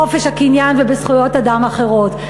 בחופש הקניין ובזכויות אדם אחרות.